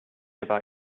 about